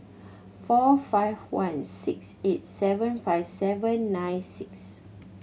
four five one six eight seven five seven nine six